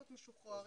יש 3,500 משוחררים.